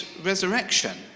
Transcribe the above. resurrection